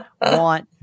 want